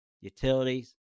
utilities